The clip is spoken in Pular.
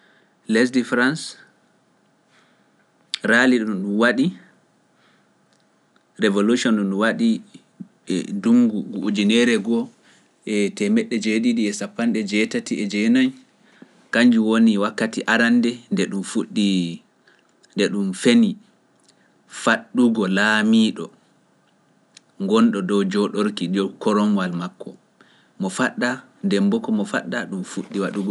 Lesdi france, raali ɗum ɗum waɗi, révolution ɗum waɗi e ndungu ujunere goo e temedde jeeɗiɗi e sappo e jeetati e jeenayi, kanjum woni wakkati arande nde ɗum fuɗɗi, nde ɗum feni, faɗɗugo laamiiɗo gonɗo dow jooɗorki dow koromwal makko, faɗɗa nde mboko mo faɗɗa ɗum fuɗɗi waɗugo.